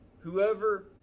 Whoever